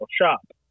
shop